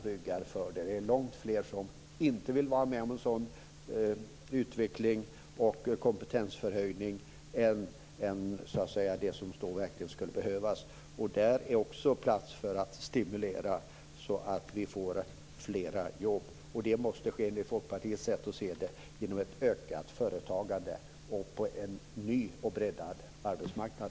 Det är långt fler som inte vill vara med om en sådan utveckling och kompetensförhöjning än vad som verkligen skulle behövas. Här finns också plats för att stimulera så att vi får fler jobb. Det måste ske, med Folkpartiets sätt att se det, genom ett ökat företagande och en ny och breddad arbetsmarknad.